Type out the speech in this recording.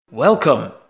Welcome